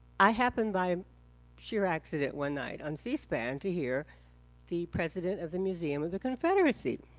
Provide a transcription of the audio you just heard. i happened by sheer accident one night on cspan to hear the president of the museum of the confederacy.